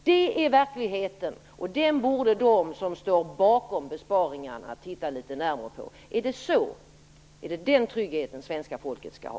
Detta är verkligheten, och den borde de som står bakom besparingarna titta litet närmare på. Är det den tryggheten som svenska folket skall ha?